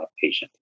patient